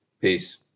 Peace